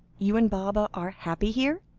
you and baba are happy here?